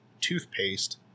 toothpaste